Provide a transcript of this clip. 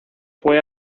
fue